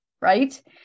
Right